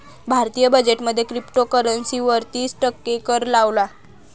भारतीय बजेट मध्ये क्रिप्टोकरंसी वर तिस टक्के कर लावला